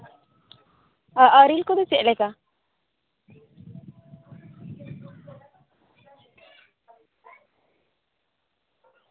ᱟᱨᱮᱞ ᱠᱚᱫᱚ ᱪᱚᱫ ᱞᱮᱠᱟ